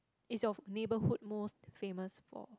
is your neighbourhood most famous for